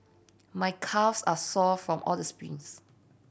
my calves are sore from all the sprints